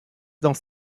dans